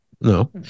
No